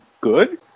good